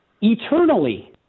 eternally